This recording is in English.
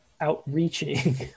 outreaching